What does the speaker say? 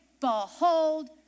Behold